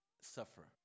suffer